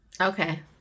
Okay